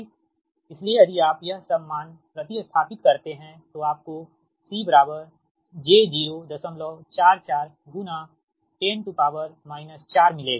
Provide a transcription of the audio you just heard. इसलिए यदि आप यह सब मान प्रति स्थापित करते हैं तो आपको C j 044 10 4 मिलेगा